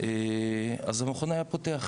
אז המכון היה פותח,